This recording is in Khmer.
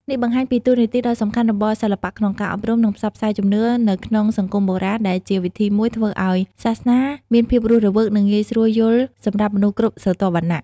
នេះបង្ហាញពីតួនាទីដ៏សំខាន់របស់សិល្បៈក្នុងការអប់រំ និងផ្សព្វផ្សាយជំនឿនៅក្នុងសង្គមបុរាណ ដែលជាវិធីមួយធ្វើឲ្យសាសនាមានភាពរស់រវើក និងងាយស្រួលយល់សម្រាប់មនុស្សគ្រប់ស្រទាប់វណ្ណៈ។